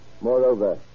Moreover